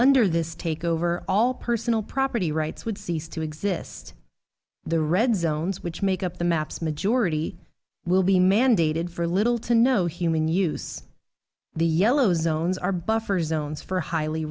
under this takeover all personal property rights would cease to exist the red zones which make up the maps majority will be mandated for little to no human use the yellow zones are buffer zones for highly